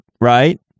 right